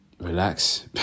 relax